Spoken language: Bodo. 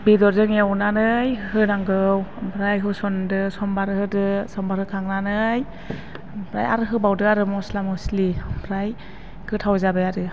बेदरजों एवनानै होनांगौ ओमफ्राय होसन्दो सम्भार होदो सम्भार होखांनानै ओमफ्राय आरो होबावदो आरो मस्ला मस्लि ओमफ्राय गोथाव जाबाय आरो